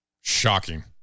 Shocking